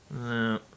No